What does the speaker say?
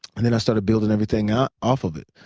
and then i started building everything ah off of it.